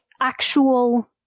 actual